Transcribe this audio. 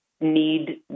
need